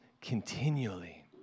continually